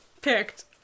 picked